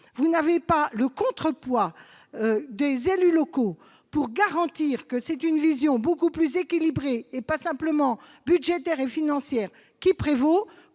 vous n'avez pas le contrepoids des élus locaux pour garantir que c'est une vision beaucoup plus équilibrée, et pas simplement budgétaire et financière, qui prévaut,